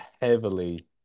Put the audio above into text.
heavily